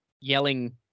yelling